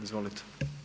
Izvolite.